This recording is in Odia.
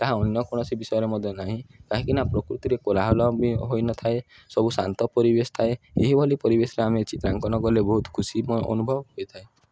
ତାହା ଅନ୍ୟ କୌଣସି ବିଷୟରେ ମଧ୍ୟ ନାହିଁ କାହିଁକି ନା ପ୍ରକୃତିରେ କୋଲାହଲ ବି ହୋଇନଥାଏ ସବୁ ଶାନ୍ତ ପରିବେଶ ଥାଏ ଏହିଭଲି ପରିବେଶରେ ଆମେ ଚିତ୍ରାଙ୍କନ କଲେ ବହୁତ ଖୁସି ଅନୁଭବ ହୋଇଥାଏ